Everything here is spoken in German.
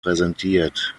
präsentiert